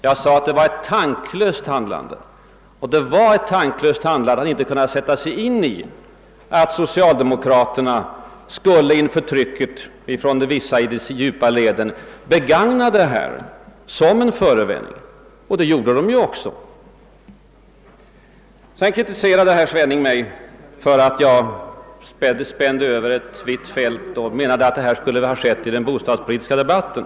Jag sade att det var »tanklöst» att inte kunna sätta sig in i att socialdemokraterna skulle inför trycket från de djupa leden begagna detta som en förevändning — och det gjorde de ju också. Vidare kritiserade herr Svenning mig för att jag spände över ett vitt fält och menade att olika frågor som jag berörde borde ha tagits upp i den bostadspolitiska debatten.